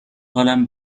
حالم